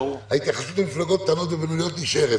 ההתייחסות למפלגות קטנות ובינוניות נשארת.